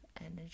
energy